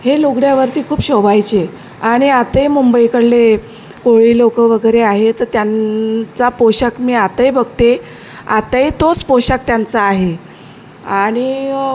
हे लुगड्यावरती खूप शोभायचे आणि आताही मुंबईकडले कोळी लोकं वगैरे आहे तर त्यांचा पोशाख मी आताही बघते आताही तोच पोशाख त्यांचा आहे आणि